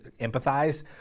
empathize